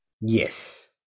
Yes